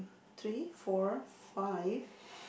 three four five